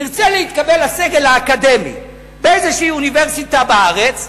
תרצה להתקבל לסגל האקדמי באיזושהי אוניברסיטה בארץ,